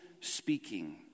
speaking